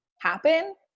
happen